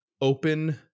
open